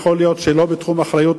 יכול להיות שהוא לא בתחום האחריות